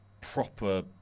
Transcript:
proper